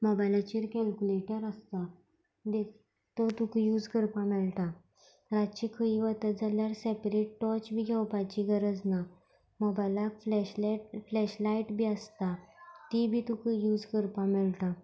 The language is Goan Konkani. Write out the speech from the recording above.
मोबायलाचेर कॅलकुलेटर आसता दे तो तुका यूज करपा मेळटा रातचें खंयी वता जाल्यार सॅपरेट टॉच बी घेवपाची गरज ना मोबायलाक फ्लॅश लेयट फ्लॅश लायट बी आसता ती बी तुका यूज करपा मेळटा